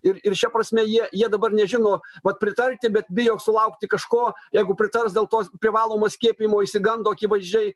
ir ir šia prasme jie jie dabar nežino vat pritarti bet bijo sulaukti kažko jeigu pritars dėl to privalomo skiepijimo išsigando akivaizdžiai